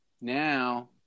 now